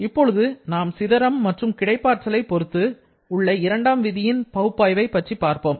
இப்பொழுது நாம் சிதறம் மற்றும் கிடைப்பாற்றலை பொருத்து உள்ள இரண்டாம் விதி பகுப்பாய்வை பற்றி பார்ப்போம்